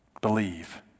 Believe